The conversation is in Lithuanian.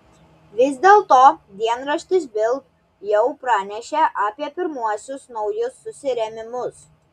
vis dėlto dienraštis bild jau pranešė apie pirmuosius naujus susirėmimus